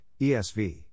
ESV